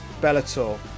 Bellator